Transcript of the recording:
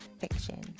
Fiction